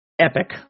epic